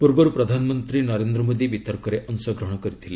ପୂର୍ବରୁ ପ୍ରଧାନମନ୍ତ୍ରୀ ନରେନ୍ଦ୍ର ମୋଦୀ ବିତର୍କରେ ଅଂଶଗ୍ରହଣ କରିଥିଲେ